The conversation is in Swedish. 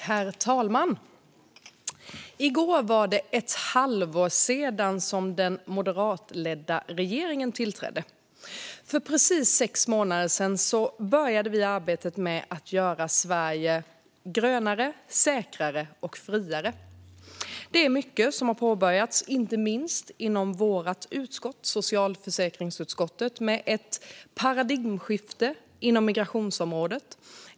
Herr talman! I går var det ett halvår sedan den moderatledda regeringen tillträdde. För precis sex månader sedan började regeringen arbetet med att göra Sverige grönare, säkrare och friare. Det är mycket som har påbörjats, inte minst inom vårt utskott, socialförsäkringsutskottet. Det är ett paradigmskifte inom migrationsområdet.